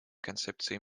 концепции